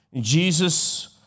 Jesus